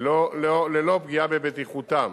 ללא פגיעה בבטיחותם.